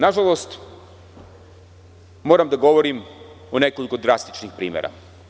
Nažalost, moram da govorim o nekoliko drastičnim primera.